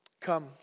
Come